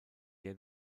der